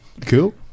Cool